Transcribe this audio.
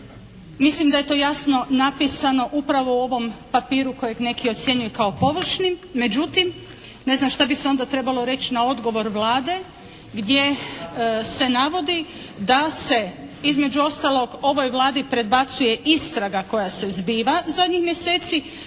Mislim da je to jasno napisano upravo u ovom papiru koji neki ocjenjuju kao površnim. Međutim, ne znam šta bi se onda trebalo reći na odgovor Vlade, gdje se navodi da se između ostalog ovoj Vladi predbacuje istraga koja se zbiva zadnjih mjeseci,